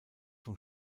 vom